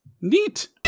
Neat